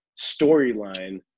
storyline